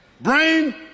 brain